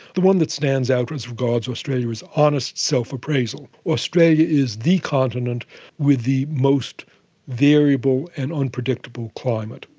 the one that stands out with regards australia is honest self-appraisal. australia is the continent with the most variable and unpredictable climate.